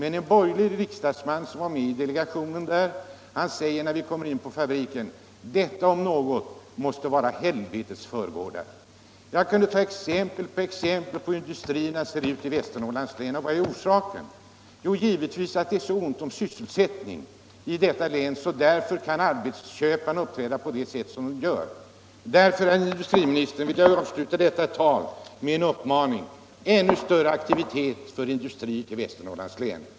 En borgerlig riksdagsman som var med i delegationen sade när vi kom in på fabriken: "Detta om något måste vara helvetets förgårdar.” Jag kan ta exempel på cxempel som visar hur industrierna ser ut i Västernorrlands län. Och vad är orsaken till de förhållandena? Jo, givetvis att det är så ont om sysselsättning i detta län, och därför kan arbetsköparna uppträda som de vill. Jag vill därför, herr industriminister, avsluta detta tal med en uppmaning om ännu större aktivilet för att skaffa industri till Västernorrlands län.